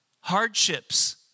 hardships